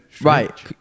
Right